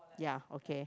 ya okay